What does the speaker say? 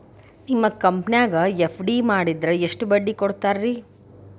ನಿಮ್ಮ ಕಂಪನ್ಯಾಗ ಎಫ್.ಡಿ ಮಾಡಿದ್ರ ಎಷ್ಟು ಬಡ್ಡಿ ಕೊಡ್ತೇರಿ?